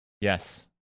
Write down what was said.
Yes